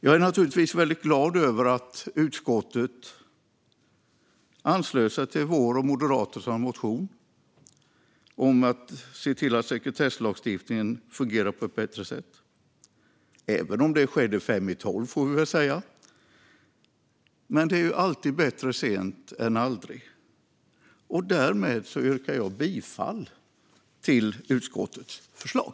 Jag är väldigt glad över att utskottet anslöt sig till vår och Moderaternas motion om att se till att sekretesslagstiftningen fungerar på ett bättre sätt, även om det skedde fem i tolv. Det är alltid bättre sent än aldrig. Därmed yrkar jag bifall till utskottets förslag.